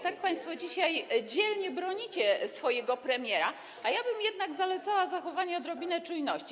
Tak państwo dzisiaj dzielnie bronicie swojego premiera, a ja bym jednak zalecała zachowanie odrobiny czujności.